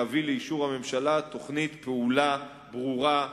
להביא לאישור הממשלה תוכנית פעולה ברורה,